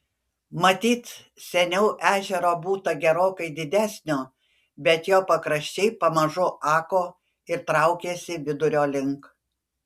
matyt seniau ežero būta gerokai didesnio bet jo pakraščiai pamažu ako ir traukėsi vidurio link